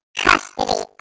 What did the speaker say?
custody